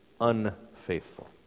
unfaithful